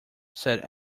said